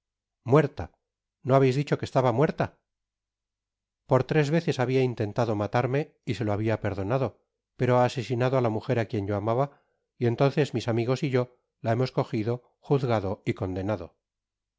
muerta no habeis dicho que estaba muerta por tres veces habia intentado matarme y se lo habia perdonado pero ha asesinado á la mujer á quien yo amaba y entonces mis amigos y yo la hemos cogido juzgado y condenado